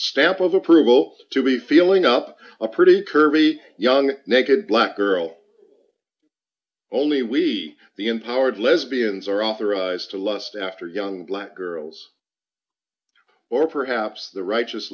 stamp of approval to be feeling up a pretty curvy young naked black girl only we the empowered lesbians are authorized to lust after young black girls or perhaps the righteous